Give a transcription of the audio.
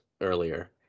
earlier